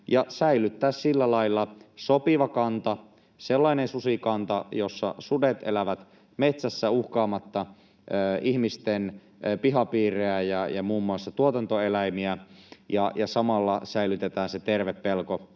säilyttää sillä lailla sopiva kanta, sellainen susikanta, jossa sudet elävät metsässä uhkaamatta ihmisten pihapiirejä ja muun muassa tuotantoeläimiä. Samalla säilytetään se terve pelko